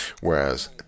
whereas